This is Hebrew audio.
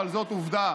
אבל זאת עובדה.